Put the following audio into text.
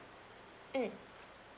mm